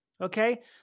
Okay